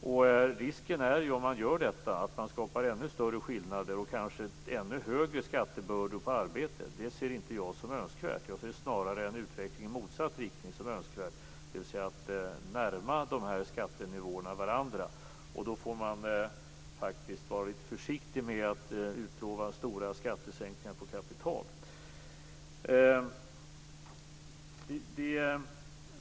Om man gör detta är risken att man skapar ännu större skillnader och kanske ännu större skattebördor på arbete. Det ser jag inte som önskvärt. Jag ser snarare en utveckling i motsatt riktning som önskvärd, dvs. att närma de skattenivåerna varandra. Då får man faktiskt vara lite försiktig med att utlova stora skattesänkningar på kapital.